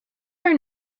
are